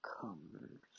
comes